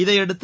இதையடுத்து